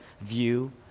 view